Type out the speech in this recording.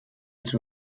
els